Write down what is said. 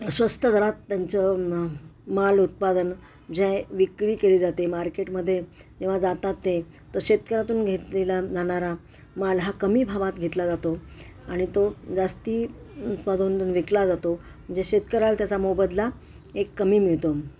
स्वस्त दरात त्यांचं माल उत्पादन जे विक्री केली जाते मार्केटमध्ये जेव्हा जातात ते तर शेतकऱ्यातून घेतलेला जाणारा माल हा कमी भावात घेतला जातो आणि तो जास्त विकला जातो म्हणजे शेतकऱ्याला त्याचा मोबदला एक कमी मिळतो